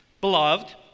Beloved